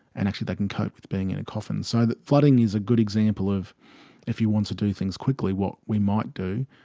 and actually they can cope with being in a coffin. so flooding is a good example of if you want to do things quickly what we might do.